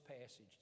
passage